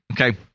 Okay